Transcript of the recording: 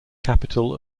capital